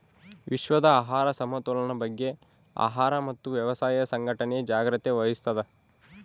ವಿಶ್ವದ ಆಹಾರ ಸಮತೋಲನ ಬಗ್ಗೆ ಆಹಾರ ಮತ್ತು ವ್ಯವಸಾಯ ಸಂಘಟನೆ ಜಾಗ್ರತೆ ವಹಿಸ್ತಾದ